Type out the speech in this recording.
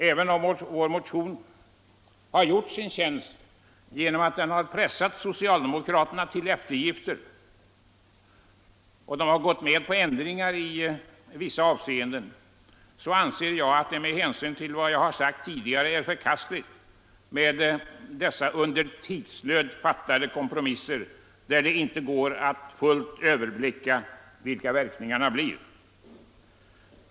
Även om vår motion gjort sin tjänst genom att den har pressat socialdemokraterna till eftergifter och fått dem att gå med på ändringar i vissa avseenden, så anser jag att det med hänsyn till vad jag sagt tidigare är förkastligt med dessa under tidsnöd fattade kompromisser, där det inte går att fullt överblicka vilka verkningarna blir.